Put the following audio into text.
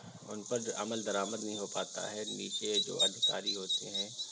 اُن پر جو عمل درآمد نہیں ہو پاتا ہے نیچے جو ادھیکاری ہوتے ہیں